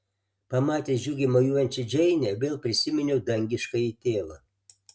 pamatęs džiugiai mojuojančią džeinę vėl prisiminiau dangiškąjį tėvą